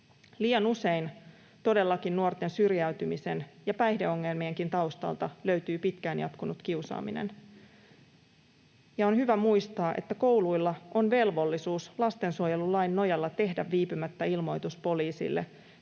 Liian usein todellakin nuorten syrjäytymisen ja päihdeongelmienkin taustalta löytyy pitkään jatkunut kiusaaminen, ja on hyvä muistaa, että kouluilla on velvollisuus lastensuojelulain nojalla tehdä viipymättä ilmoitus poliisille,